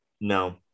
No